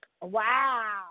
Wow